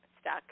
stuck